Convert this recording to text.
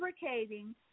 fabricating